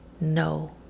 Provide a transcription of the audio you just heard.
No